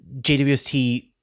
JWST